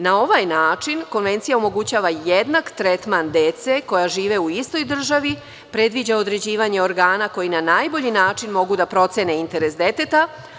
Na ovaj način Konvencija omogućava jednak tretman dece koja žive u istoj državi, predviđa određivanje organakoji na najbolji način mogu da procene interes deteta.